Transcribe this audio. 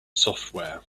software